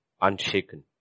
unshaken